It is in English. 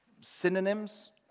synonyms